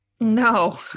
No